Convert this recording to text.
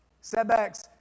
Setbacks